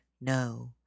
No